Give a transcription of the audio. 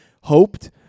hoped